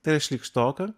tai yra šlykštoka